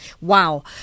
Wow